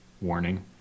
warning